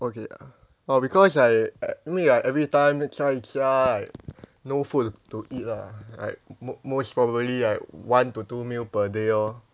okay oh because I I 因为 I everytime 在家 like no food to eat lah like mo~ most probably like one to two meal per day lor